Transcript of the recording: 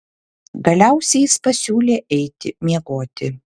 galiausiai jis pasiūlė eiti miegoti